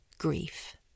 grief